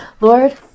Lord